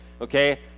Okay